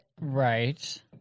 Right